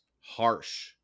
harsh